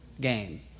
game